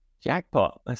Jackpot